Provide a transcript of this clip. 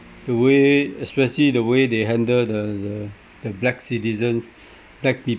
the way especially the way they handle the the the black citizens black